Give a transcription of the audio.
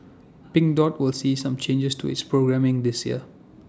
pink dot will see some changes to its programming this year